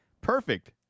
perfect